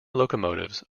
locomotives